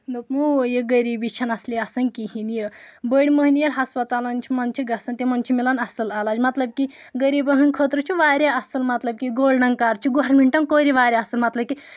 دۆپمو یہِ غریٖبی چھنہٕ اَصلی آسان کِہیٖنی یہِ بٔڑۍ مٔہنی ہَسپَتالَن منٛز چھِ گژھان تِمن چھِ مِلان اَصل اعلاج مطلب کہِ غریٖبَن ہٕنٛدۍ خٲطرٕ چھ واریاہ اَصل مطلب کہِ گولڈَن کارڈ چھُ گورمِنٹَن کۆر یہِ واریاہ اَصل